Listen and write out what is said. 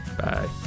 bye